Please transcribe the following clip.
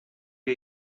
que